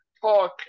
talk